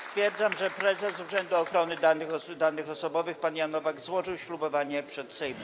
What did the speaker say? Stwierdzam, że prezes Urzędu Ochrony Danych Osobowych pan Jan Nowak złożył ślubowanie przed Sejmem.